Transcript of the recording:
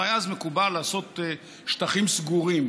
והיה אז מקובל לעשות שטחים סגורים.